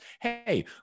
hey